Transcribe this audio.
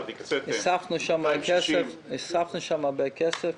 הקציתם- - הוספנו שם הרבה כסף.